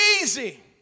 easy